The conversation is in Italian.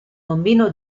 bambino